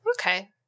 Okay